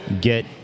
get